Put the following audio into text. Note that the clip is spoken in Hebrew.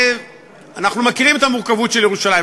אנחנו מכירים את המורכבות של ירושלים,